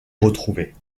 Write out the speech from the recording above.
retrouvés